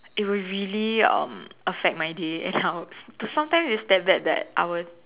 it will really um affect my day and how sometimes it's that bad that I will